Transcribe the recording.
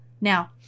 Now